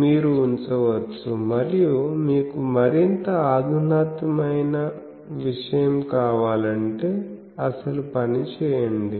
మీరు ఉంచవచ్చు మరియు మీకు మరింత అధునాతనమైన విషయం కావాలంటే అసలు పని చేయండి